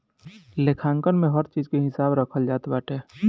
लेखांकन में हर चीज के हिसाब रखल जात बाटे